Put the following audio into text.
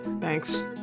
Thanks